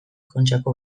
kontxako